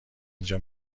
اینجا